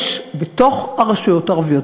יש בתוך הרשויות הערביות,